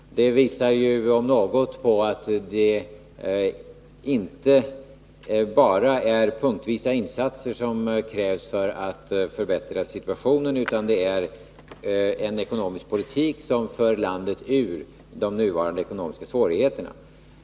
Om något visar det att det inte bara är punktvisa insatser som krävs för att förbättra situationen, utan det krävs en ekonomisk politik som för landet ur de nuvarande ekonomiska svårigheterna.